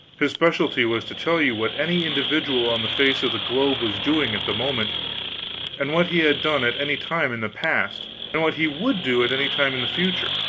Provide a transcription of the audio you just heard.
his specialty was to tell you what any individual on the face of the globe was doing at the moment and what he had done at any time in the past, and what he would do at any time in the future.